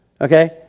Okay